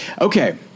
okay